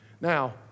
Now